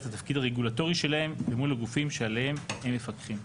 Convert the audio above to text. התפקיד הרגולטורי שלהם למול הגופים שעליהם הם מפקחים.